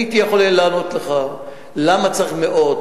הייתי יכול לענות לך למה צריך מאות